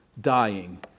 dying